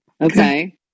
Okay